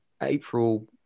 April